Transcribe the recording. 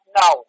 no